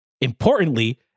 importantly